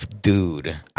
dude